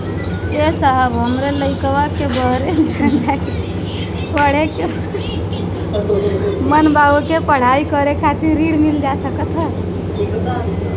ए साहब हमरे लईकवा के बहरे जाके पढ़े क मन बा ओके पढ़ाई करे खातिर ऋण मिल जा सकत ह?